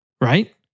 Right